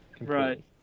Right